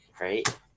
right